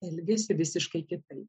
elgiasi visiškai kitaip